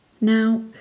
Now